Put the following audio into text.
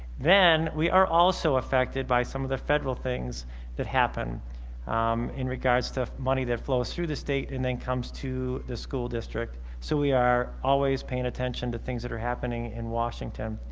then we are also affected by some of the federal things that happen um in regards to money that flows through the state and then comes to the school district, so we are always paying attention to things that are happening in washington.